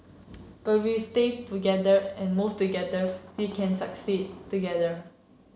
but we stay together and move together we can succeed together